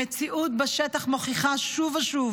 המציאות בשטח מוכיחה שוב ושוב